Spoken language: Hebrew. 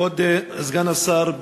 כבוד סגן השר,